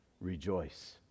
rejoice